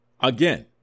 Again